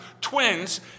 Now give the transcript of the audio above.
twins